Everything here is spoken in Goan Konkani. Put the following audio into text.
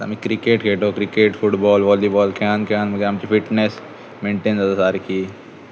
आमी क्रिकेट खेळटो क्रिकेट फुटबॉल हॉलीबॉल खेळून खेळून मागीर आमची फिटनेस मेनटेन जाता सारकी